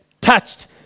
touched